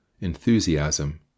Enthusiasm